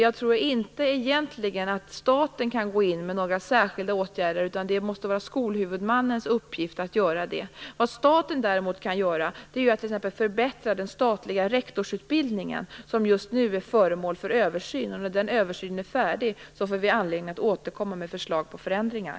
Jag tror inte egentligen att staten kan gå in med några särskilda åtgärder, utan det måste vara skolhuvudmannens uppgift att göra det. Vad staten däremot kan göra är att t.ex. förbättra den statliga rektorsutbildningen, som just nu är föremål för översyn. När den översynen är färdig får vi anledning att återkomma med förslag på förändringar.